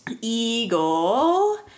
eagle